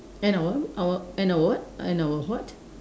and our our and our what and our what